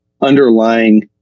underlying